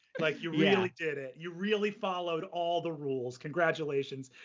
like you really like did it. you really followed all the rules. congratulations.